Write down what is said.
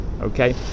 okay